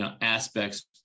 aspects